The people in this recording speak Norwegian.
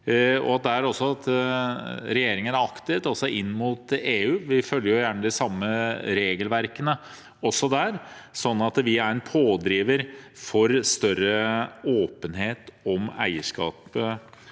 regjeringen være aktiv inn mot EU – vi følger jo gjerne de samme regelverkene også der – sånn at vi er en pådriver for større åpenhet om eierskap